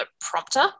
prompter